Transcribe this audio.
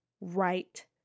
right